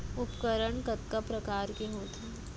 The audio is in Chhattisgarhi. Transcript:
उपकरण कतका प्रकार के होथे?